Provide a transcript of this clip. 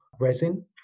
resin